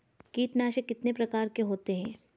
कीटनाशक कितने प्रकार के होते हैं?